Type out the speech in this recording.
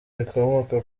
rikomoka